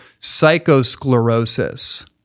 psychosclerosis